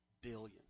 billion